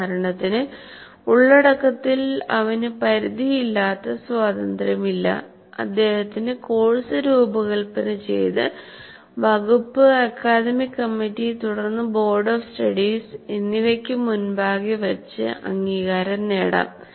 ഉദാഹരണത്തിന് ഉള്ളടക്കത്തിൽ അവന് പരിധിയില്ലാത്ത സ്വാതന്ത്ര്യമില്ല അദ്ദേഹത്തിന് കോഴ്സ് രൂപകൽപ്പന ചെയ്ത് വകുപ്പ് അക്കാദമിക് കമ്മിറ്റി തുടർന്ന് ബോർഡ് ഓഫ് സ്റ്റഡീസ് എന്നിവക്കു മുൻപാകെ വച്ച് അംഗീകാരം നേടാം